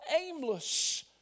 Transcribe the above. aimless